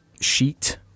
sheet